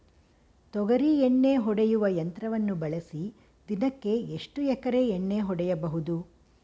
ತೊಗರಿ ಎಣ್ಣೆ ಹೊಡೆಯುವ ಯಂತ್ರವನ್ನು ಬಳಸಿ ದಿನಕ್ಕೆ ಎಷ್ಟು ಎಕರೆ ಎಣ್ಣೆ ಹೊಡೆಯಬಹುದು?